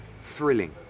Thrilling